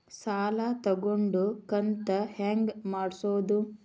ಸಾಲ ತಗೊಂಡು ಕಂತ ಹೆಂಗ್ ಮಾಡ್ಸೋದು?